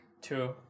Two